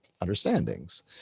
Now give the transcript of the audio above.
understandings